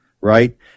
right